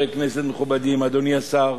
אדוני השר,